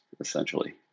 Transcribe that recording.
essentially